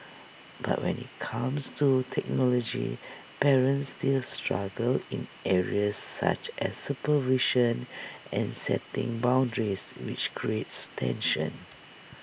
but when IT comes to technology parents still struggle in areas such as supervision and setting boundaries which creates tension